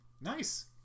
Nice